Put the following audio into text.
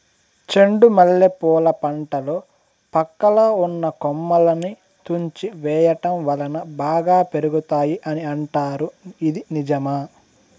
చెండు మల్లె పూల పంటలో పక్కలో ఉన్న కొమ్మలని తుంచి వేయటం వలన బాగా పెరుగుతాయి అని అంటారు ఇది నిజమా?